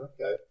Okay